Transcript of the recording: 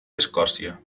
escòcia